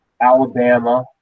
Alabama –